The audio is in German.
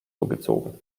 zugezogen